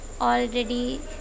already